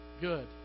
good